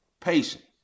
patient